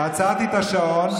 אני רוצה את האצבע של השרות האלה.